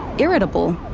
irritable,